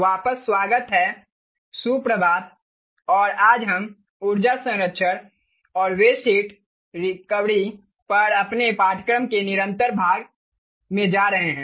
वापस स्वागत है सुप्रभात और आज हम ऊर्जा संरक्षण और वेस्ट हीट रिकवरी पर अपने पाठ्यक्रम के निरंतर भाग में जा रहे हैं